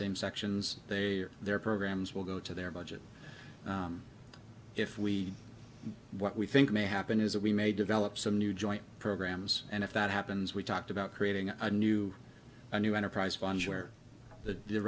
same sections they are their programs will go to their budget if we what we think may happen is that we may develop some new joint programs and if that happens we talked about creating a new a new enterprise fund where the